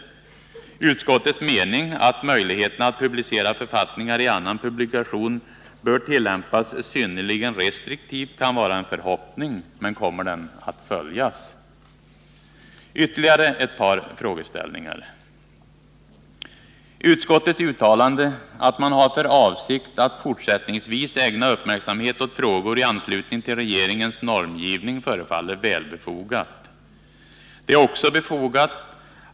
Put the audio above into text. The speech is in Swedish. Utskottets mening att möjligheten att publicera författningar i annan publikation bör tillämpas synnerligen restriktivt kan vara en förhoppning. Men kommer denna förhoppning att infrias? Ytterligare ett par frågeställningar: Utskottets uttalande, att man har för avsikt att fortsättningsvis ägna Nr 137 uppmärksamhet åt frågor i anslutning till regeringens normgivning, förefaller Onsdagen den välbefogat.